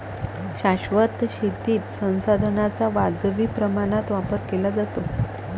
शाश्वत शेतीत संसाधनांचा वाजवी प्रमाणात वापर केला जातो